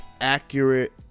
accurate